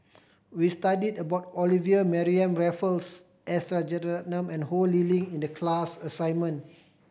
we studied about Olivia Mariamne Raffles S Rajaratnam and Ho Lee Ling in the class assignment